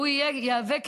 הנשים הללו שהגיעו אליי,